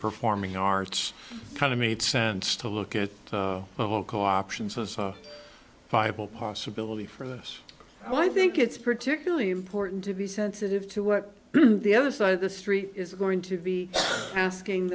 performing arts kind of made sense to look at the whole coffins as a viable possibility for this well i think it's particularly important to be sensitive to what the other side of the street is going to be asking